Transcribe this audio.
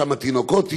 כמה תינוקות יהיו,